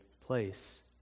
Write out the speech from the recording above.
place